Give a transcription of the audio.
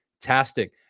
fantastic